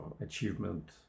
achievement